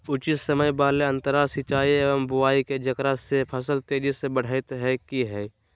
उचित समय वाले अंतराल सिंचाई एवं बुआई के जेकरा से फसल तेजी से बढ़तै कि हेय?